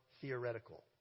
theoretical